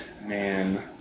Man